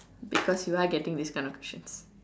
because you are getting this kind of questions